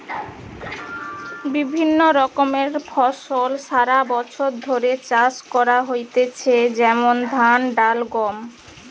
বিভিন্ন রকমের ফসল সারা বছর ধরে চাষ করা হইতেছে যেমন ধান, ডাল, গম